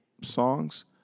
songs